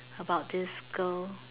about this girl